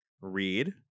read